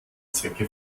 zwecke